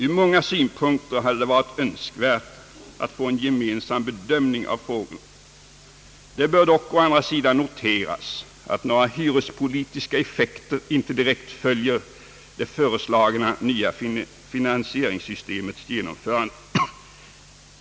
Ur många synpunkter hade det varit önskvärt att få en gemensam bedömning av frågorna. Det bör dock å andra sidan noteras, att några hyrespolitiska effekter inte direkt följer det föreslagna nya finansieringssystemets genomförande.